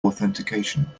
authentication